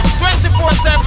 24-7